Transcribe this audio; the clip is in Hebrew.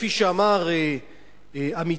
כפי שאמר עמיתי,